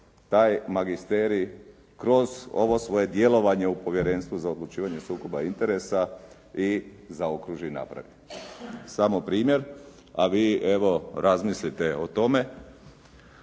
taj magisterij kroz ovo svoje djelovanje u Povjerenstvu za odlučivanje sukoba interesa i zaokruži naprijed. Samo primjer, a vi evo razmislite o tome.